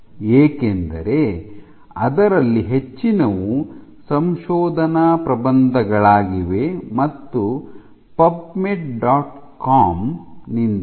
ಏಕೆಂದರೆ ಅದರಲ್ಲಿ ಹೆಚ್ಚಿನವು ಸಂಶೋಧನಾ ಪ್ರಬಂಧಗಳಾಗಿವೆ ಮತ್ತು ಪಬ್ಮೆಡ್ ಡಾಟ್ ಕಾಮ್ನಿಂದ PUBMED